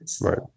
Right